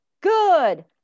good